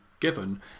Given